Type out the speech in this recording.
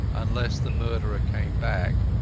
unless the murderer came back,